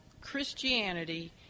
Christianity